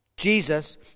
Jesus